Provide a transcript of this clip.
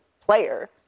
player